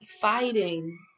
Fighting